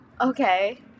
Okay